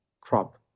crop